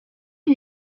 you